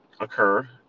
occur